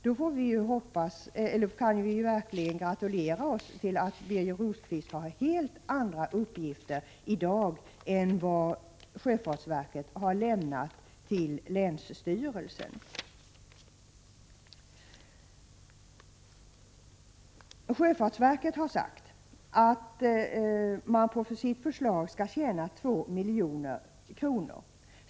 Då kan vi gratulera oss till att Birger Rosqvist har helt andra uppgifter i dag än vad sjöfartsverket har lämnat till länsstyrelsen. Sjöfartsverket har sagt att man på deras förslag skall tjäna 2 milj.kr.